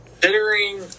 considering